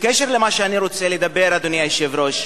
בקשר למה שאני רוצה לדבר, אדוני היושב-ראש,